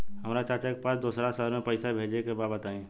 हमरा चाचा के पास दोसरा शहर में पईसा भेजे के बा बताई?